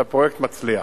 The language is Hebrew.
שהפרויקט מצליח.